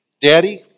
Daddy